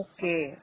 Okay